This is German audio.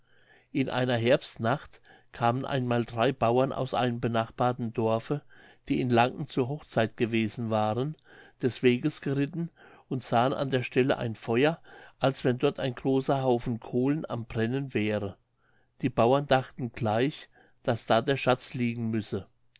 in einer herbstnacht kamen einmal drei bauern aus einem benachbarten dorfe die in lanken zur hochzeit gewesen waren des weges geritten und sahen an der stelle ein feuer als wenn dort ein großer haufen kohlen am brennen wäre die bauern dachten gleich daß da der schatz liegen müsse